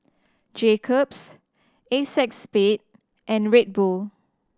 Jacob's Acexspade and Red Bull